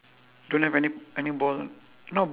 the red shorts brown shoe